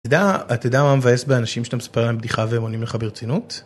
אתה יודע מה מבאס באנשים שאתה מספר להם בדיחה והם עונים לך ברצינות?